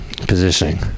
positioning